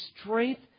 strength